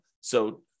So-